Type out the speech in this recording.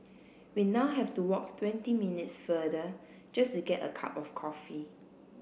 we now have to walk twenty minutes further just to get a cup of coffee